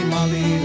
Molly